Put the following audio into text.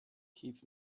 keep